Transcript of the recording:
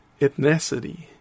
ethnicity